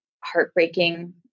heartbreaking